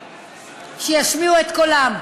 שישמיעו את קולם.